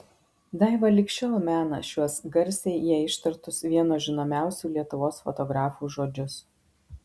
daiva lig šiol mena šiuos garsiai jai ištartus vieno žinomiausių lietuvos fotografų žodžius